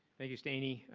thank you, steini.